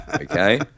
Okay